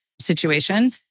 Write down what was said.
situation